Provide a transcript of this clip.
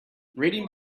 reading